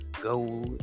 go